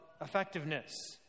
effectiveness